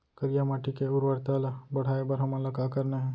करिया माटी के उर्वरता ला बढ़ाए बर हमन ला का करना हे?